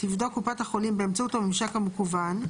תבדוק קופת החולים באמצעות הממשק המקוון,